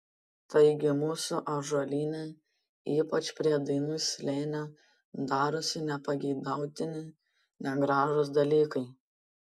taigi mūsų ąžuolyne ypač prie dainų slėnio darosi nepageidautini negražūs dalykai